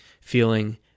feeling